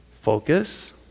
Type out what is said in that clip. Focus